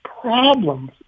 problems